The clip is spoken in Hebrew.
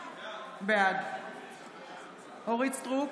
בעד אורית מלכה סטרוק,